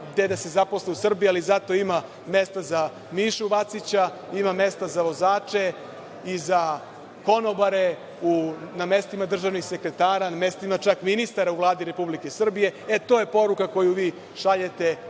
gde da se zaposle u Srbiji, ali zato ima mesta za Mišu Vacića, ima mesta za vozače i za konobare na mestima državnih sekretara, na mestima čak ministara u Vladi Republike Srbije. To je poruka koju vi šaljete